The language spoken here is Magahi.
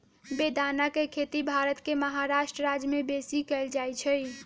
बेदाना के खेती भारत के महाराष्ट्र राज्यमें बेशी कएल जाइ छइ